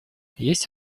есть